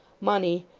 money,